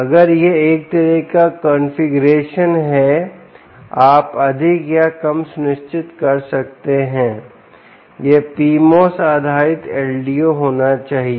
अगर यह एक तरह का कॉन्फ़िगरेशन है आप अधिक या कम सुनिश्चित कर सकते हैं कि यह PMOS आधारित LDO होना चाहिए